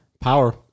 Power